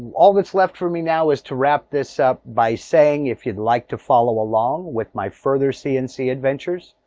all that's left for me now is to wrap this up by saying if you'd like to follow along with my further cnc adventures.